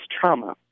trauma